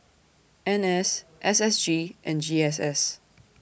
N S S S G and G S S